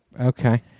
Okay